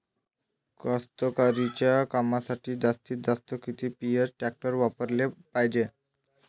कास्तकारीच्या कामासाठी जास्तीत जास्त किती एच.पी टॅक्टर वापराले पायजे?